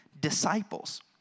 disciples